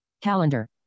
calendar